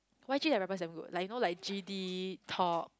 Y_G the rappers damn good like you know like G_D Top